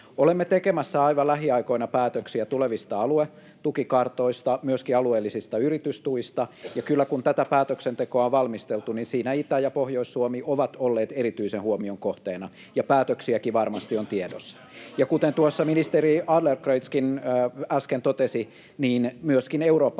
Olemme tekemässä aivan lähiaikoina päätöksiä tulevista aluetukikartoista, myöskin alueellisista yritystuista. Ja kyllä, kun tätä päätöksentekoa on valmisteltu, niin siinä Itä- ja Pohjois-Suomi ovat olleet erityisen huomion kohteena, ja päätöksiäkin varmasti on tiedossa. [Sanna Antikainen: No niin!] Ja kuten tuossa ministeri Adlercreutz äsken totesi, niin myöskin eurooppalainen